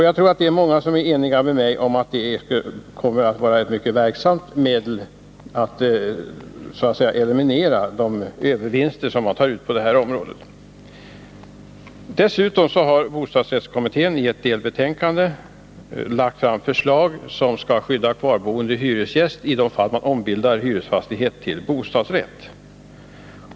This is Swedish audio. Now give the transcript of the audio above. Jag tror att många är eniga med mig om att detta kommer att bli ett mycket verksamt medel för att eliminera de ”övervinster” som man tar ut på detta område. Dessutom har bostadsrättskommittén i ett delbetänkande lagt fram förslag som skall skydda kvarboende hyresgäst i de fall där man ombildar hyresfastighet till fastighet med bostadsrätt.